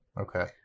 Okay